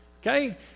Okay